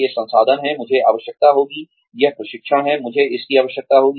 ये संसाधन हैं मुझे आवश्यकता होगी यह प्रशिक्षण है मुझे इसकी आवश्यकता होगी